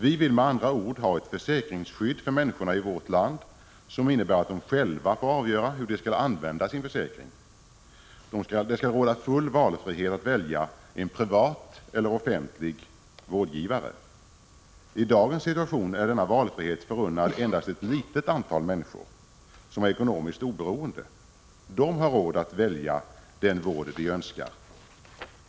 Vi vill med andra ord ha ett försäkringsskydd för människorna i vårt land som innebär att de själva får avgöra hur de skall använda sin försäkring. Det skall råda full frihet att välja en privat eller offentlig vårdgivare. I dagens situation är denna valfrihet förunnad endast ett litet antal människor, som är ekonomiskt oberoende. De har råd att välja den vård de önskar.